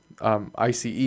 ICE